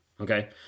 Okay